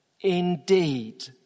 indeed